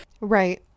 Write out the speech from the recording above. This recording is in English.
Right